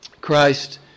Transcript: Christ